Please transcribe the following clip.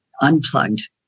unplugged